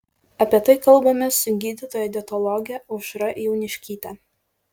apie tai kalbamės su gydytoja dietologe aušra jauniškyte